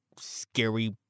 scary